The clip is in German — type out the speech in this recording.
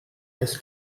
des